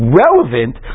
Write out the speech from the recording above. relevant